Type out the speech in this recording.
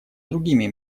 другими